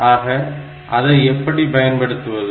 ஆக அதை எப்படி பயன்படுத்துவது